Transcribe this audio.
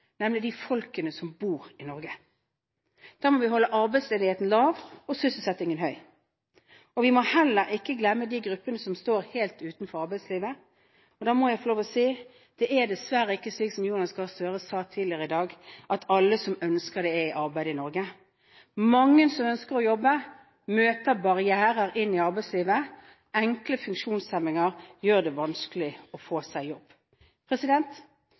nemlig de folkene som bor i Norge. Da må vi holde arbeidsledigheten lav og sysselsettingen høy. Vi må heller ikke glemme de gruppene som står helt utenfor arbeidslivet. Da må jeg få lov å si: Det er dessverre ikke slik som Jonas Gahr Støre sa tidligere i dag, at alle som ønsker det, er i arbeid i Norge. Mange som ønsker å jobbe, møter barrierer inn i arbeidslivet. Enkle funksjonshemninger gjør det vanskelig å få seg jobb.